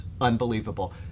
unbelievable